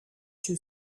too